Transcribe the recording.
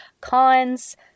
Cons